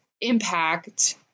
impact